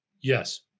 Yes